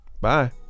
Bye